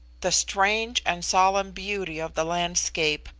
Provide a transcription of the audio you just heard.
the strange and solemn beauty of the landscape,